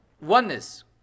oneness